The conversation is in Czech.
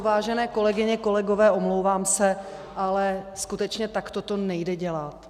Vážené kolegyně, kolegové, omlouvám se, ale skutečně takto to nejde dělat.